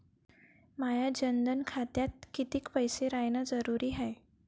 माया जनधन खात्यात कितीक पैसे रायन जरुरी हाय?